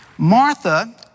Martha